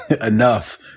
enough